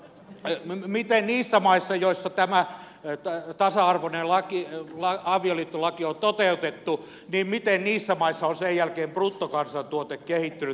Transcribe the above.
tai miten niissä maissa joissa tämä tasa arvoinen avioliittolaki on toteutettu on sen jälkeen bruttokansantuote kehittynyt